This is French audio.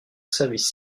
service